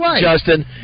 Justin